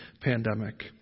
pandemic